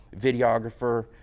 videographer